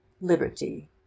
Liberty